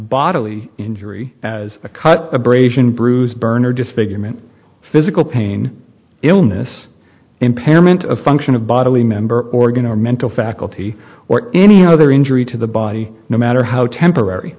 bodily injury as a cut abrasion bruise burn or disfigurement physical pain illness impairment of function of bodily member organ or mental faculty or any other injury to the body no matter how temporary